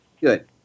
Good